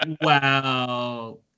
Wow